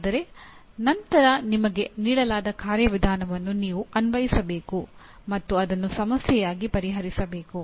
ಆದರೆ ನಂತರ ನಿಮಗೆ ನೀಡಲಾದ ಕಾರ್ಯವಿಧಾನವನ್ನು ನೀವು ಅನ್ವಯಿಸಬೇಕು ಮತ್ತು ಅದನ್ನು ಸಮಸ್ಯೆಯಾಗಿ ಪರಿಹರಿಸಬೇಕು